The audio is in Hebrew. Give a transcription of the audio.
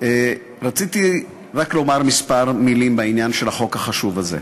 רציתי רק לומר כמה מילים בעניין החוק החשוב הזה.